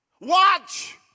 watch